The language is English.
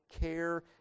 care